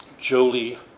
Jolie